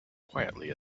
quietly